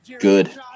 Good